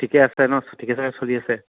ঠিকে আছে ন ঠিকে ঠাকে চলি আছে